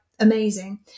amazing